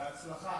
בהצלחה.